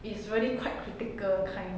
it's really quite critical kind